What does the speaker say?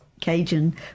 Cajun